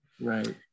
right